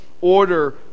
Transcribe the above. order